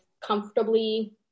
comfortably